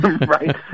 right